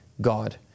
God